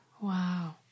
Wow